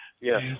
Yes